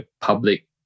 public